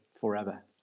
forever